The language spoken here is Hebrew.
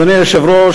אדוני היושב-ראש,